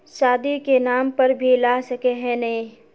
शादी के नाम पर भी ला सके है नय?